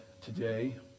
today